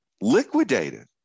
Liquidated